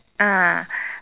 ah